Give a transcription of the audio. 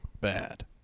bad